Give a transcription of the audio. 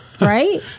right